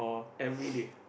everyday